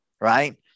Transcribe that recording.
right